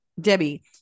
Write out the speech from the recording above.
Debbie